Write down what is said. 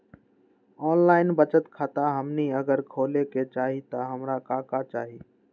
Online बचत खाता हमनी अगर खोले के चाहि त हमरा का का चाहि?